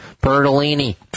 Bertolini